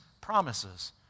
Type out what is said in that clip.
promises